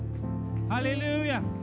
Hallelujah